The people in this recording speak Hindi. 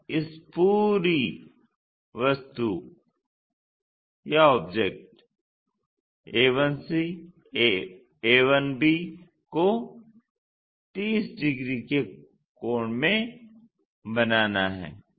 अब इस पूरी वस्तु a1c a1b को 30 डिग्री के कोण में बनाना है